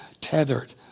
tethered